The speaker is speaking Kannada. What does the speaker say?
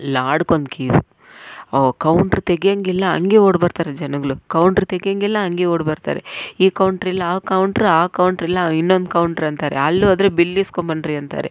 ಲಾಡ್ಗೊಂದು ಕ್ಯೂ ಅವ್ರು ಕೌಂಟ್ರ್ ತೆಗಿಯೋಂಗಿಲ್ಲ ಹಂಗೆ ಓಡ್ಬರ್ತಾರೆ ಜನಗಳು ಕೌಂಟ್ರ್ ತೆಗಿಯೋಂಗಿಲ್ಲ ಹಂಗೆ ಓಡ್ಬರ್ತಾರೆ ಈ ಕೌಂಟ್ರಿಲ್ಲ ಆ ಕೌಂಟ್ರು ಆ ಕೌಂಟ್ರಿಲ್ಲ ಇನ್ನೊಂದು ಕೌಂಟ್ರ್ ಅಂತಾರೆ ಅಲ್ಲೋದ್ರೆ ಬಿಲ್ ಈಸ್ಕೊಂಡ್ಬನ್ರಿ ಅಂತಾರೆ